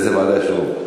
באיזה ועדה יש רוב?